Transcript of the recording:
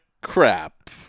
Crap